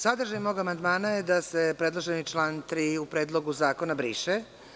Sadržaj mog amandmana je da se predloženi član 3. u Predlogu zakona briše.